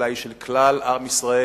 אלא היא של כלל עם ישראל,